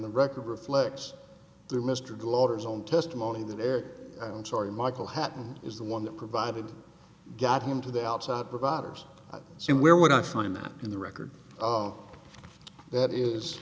the record reflects the mr gloucester's own testimony that there i'm sorry michael happened is the one that provided got him to the outside providers so where would i find that in the record that is